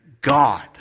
God